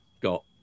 got